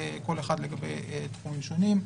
כל אחד לגבי תחומים שונים.